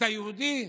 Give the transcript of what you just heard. אתה יהודי?